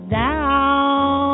down